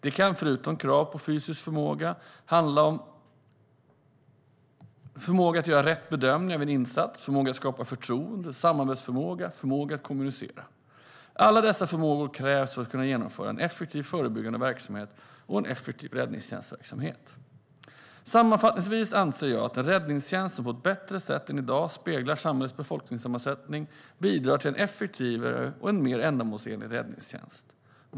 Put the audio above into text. Det kan förutom krav på fysisk förmåga handla om förmåga att göra rätt bedömningar vid en insats, förmåga att skapa förtroende, samarbetsförmåga och förmåga att kommunicera. Alla dessa förmågor krävs för att kunna genomföra en effektiv förebyggande verksamhet och en effektiv räddningstjänstverksamhet. Sammanfattningsvis anser jag att en räddningstjänst som på ett bättre sätt än i dag speglar samhällets befolkningssammansättning bidrar till en effektivare och en mer ändamålsenlig räddningstjänst.